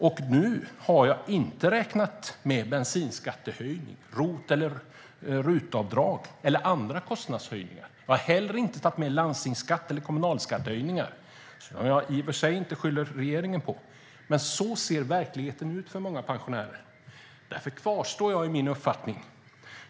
Och nu har jag inte räknat med bensinskattehöjningen, sänkningen av ROT och RUT-avdrag eller andra kostnadshöjningar. Jag har heller inte tagit med landstings eller kommunalskattehöjningar, som jag i och för sig inte beskyller regeringen för. Men så ser verkligheten ut för många pensionärer. Därför kvarstår jag vid min uppfattning.